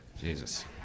Jesus